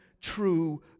true